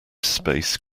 space